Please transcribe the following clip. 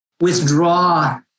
withdraw